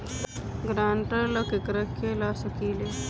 ग्रांतर ला केकरा के ला सकी ले?